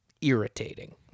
irritating